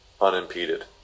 unimpeded